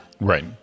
Right